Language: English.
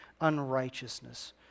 unrighteousness